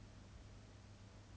their own opinions